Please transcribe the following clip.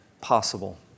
possible